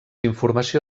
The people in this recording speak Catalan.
informació